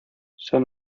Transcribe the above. son